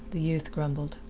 the youth grumbled,